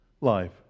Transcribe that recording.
life